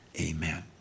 Amen